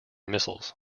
missiles